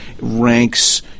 ranks